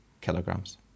kilograms